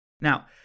Now